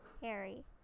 Harry